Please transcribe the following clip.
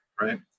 right